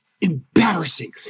embarrassing